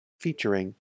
featuring